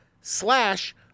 slash